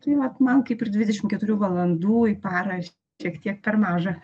tai vat man kaip ir dvidešimt keturių valandų į parą šiek tiek per maža